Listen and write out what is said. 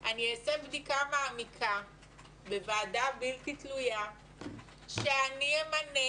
אני אעשה בדיקה מעמיקה בוועדה בלתי תלויה שאני אמנה,